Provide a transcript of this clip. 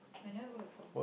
I never go before